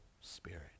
spirit